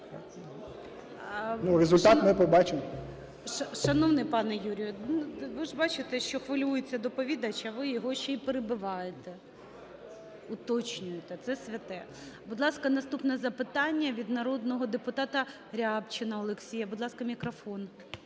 результат ми побачимо. ГОЛОВУЮЧИЙ. Шановний пане Юрію, ну, ви ж бачите, що хвилюється доповідач, а ви його ще й перебиваєте. Уточнюєте – це святе. Будь ласка, наступне запитання від народного депутата Рябчина Олексія. Будь ласка, мікрофон.